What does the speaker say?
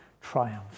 triumph